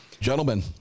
Gentlemen